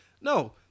no